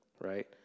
right